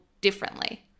differently